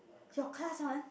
your class one